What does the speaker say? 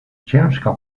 ciężka